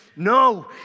No